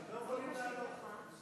איננה, לא יכולים לעלות.